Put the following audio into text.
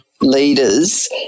leaders